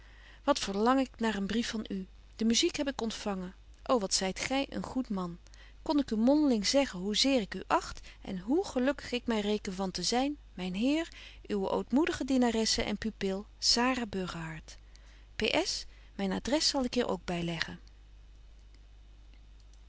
wat verlang ik naar een brief van u de muziek heb ik ontfangen ô wat zyt gy een goed man kon ik u mondeling zeggen hoe zeer ik u acht en hoe gelukkig ik my reken van te zyn myn heer uwe ootmoedige dienaresse en pupil p s myn adres zal ik hier ook